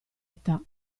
età